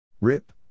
Rip